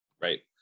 Right